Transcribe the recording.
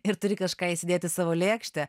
ir turi kažką įsidėti savo lėkštę